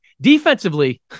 Defensively